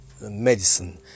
medicine